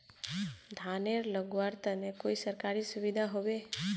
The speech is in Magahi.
धानेर लगवार तने कोई सरकारी सुविधा होबे?